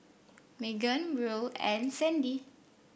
Meagan Buel and Sandie